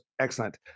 excellent